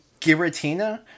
Giratina